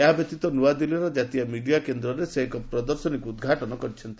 ଏହା ବ୍ୟତୀତ ନୂଆଦିଲ୍ଲୀର ଜାତୀୟ ମିଡ଼ିଆ କେନ୍ଦ୍ରରେ ସେ ଏକ ପ୍ରଦର୍ଶନୀକୁ ଉଦ୍ଘାଟନ କରିଛନ୍ତି